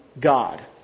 God